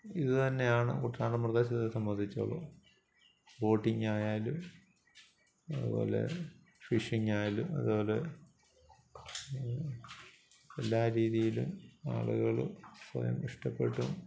ഇതുതന്നെയാണ് കുട്ടനാടൻ പ്രദേശത്തെ സംബന്ധിച്ചോളം ബോട്ടിങ്ങായാലും അതുപോലെ ഫിഷിങ്ങായാലും അതുപോലെ എല്ലാ രീതിയിലും ആളുകൾ സ്വയം ഇഷ്ടപ്പെട്ടും